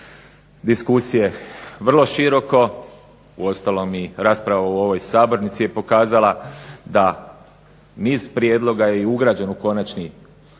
diskusije vrlo široko. Uostalom i rasprava u ovoj sabornici je pokazala da niz prijedloga je i ugrađen u konačni